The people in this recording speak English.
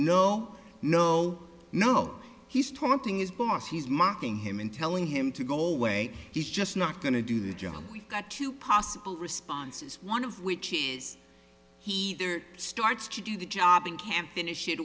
no no no he's taunting his boss he's mocking him and telling him to go away he's just not going to do the job we've got two possible responses one of which is he starts to do the job and can't finish it